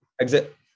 exit